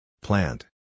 Plant